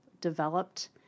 developed